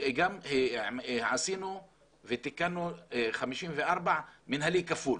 עשינו ותיקנו 54 מנהלי כפול,